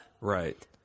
Right